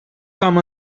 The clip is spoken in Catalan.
com